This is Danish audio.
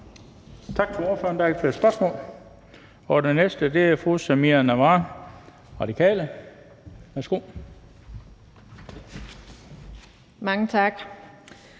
Tak til ordføreren. Der er ikke flere spørgsmål. Den næste er fru Samira Nawa, Radikale Venstre.